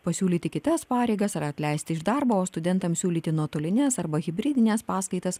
pasiūlyti kitas pareigas ar atleisti iš darbo o studentams siūlyti nuotolines arba hibridines paskaitas